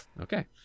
okay